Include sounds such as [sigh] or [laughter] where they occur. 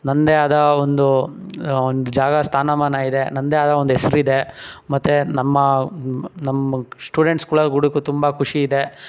ನನ್ನದೇ ಆದ ಒಂದು ಒಂದು ಜಾಗ ಸ್ಥಾನಮಾನಯಿದೆ ನನ್ನದೇ ಆದ ಒಂದು ಹೆಸ್ರಿದೆ ಮತ್ತು ನಮ್ಮ ನಮ್ಮ ಸ್ಟೂಡೆಂಟ್ಸ್ಗಳ [unintelligible] ತುಂಬ ಖುಷಿಯಿದೆ